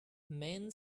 men